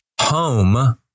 home